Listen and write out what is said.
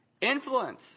Influence